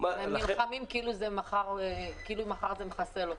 הם נלחמים כאילו מחר זה מחסל אותם.